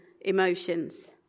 emotions